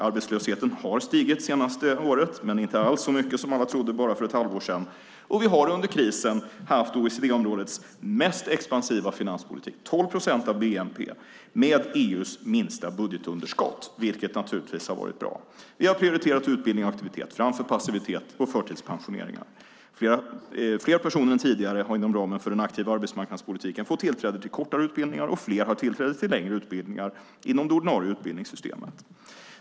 Arbetslösheten har stigit det senaste året, men inte alls så mycket som alla trodde för bara ett halvår sedan. Vi har under krisen haft OECD-områdets mest expansiva finanspolitik, nämligen 12 procent av bnp med EU:s minsta budgetunderskott, vilket naturligtvis har varit bra. Vi har prioriterat utbildning och aktivitet framför passivitet och förtidspensioneringar. Fler personer än tidigare har inom ramen för den aktiva arbetsmarknadspolitiken fått tillträde till kortare utbildningar och fler har tillträde till längre utbildningar inom det ordinarie utbildningssystemet.